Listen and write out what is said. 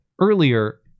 earlier